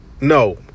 No